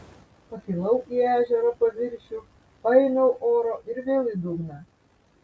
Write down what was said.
pakilau į ežero paviršių paėmiau oro ir vėl į dugną